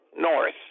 north